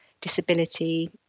disability